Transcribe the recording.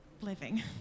living